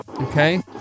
Okay